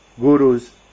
gurus